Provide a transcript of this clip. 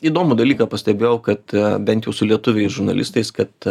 įdomų dalyką pastebėjau kad bent jau su lietuviais žurnalistais kad